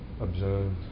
observe